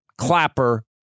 Clapper